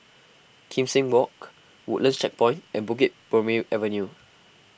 Kim Seng Walk Woodlands Checkpoint and Bukit Purmei Avenue